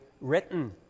written